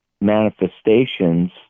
manifestations